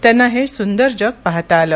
त्यांना हे सुंदर जग पाहता आलं